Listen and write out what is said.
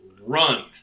Run